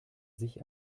sich